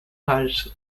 paris